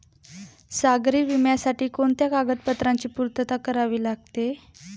सागरी विम्यासाठी कोणत्या कागदपत्रांची पूर्तता करावी लागते?